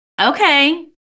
Okay